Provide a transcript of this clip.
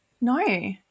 No